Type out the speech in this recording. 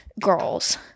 girls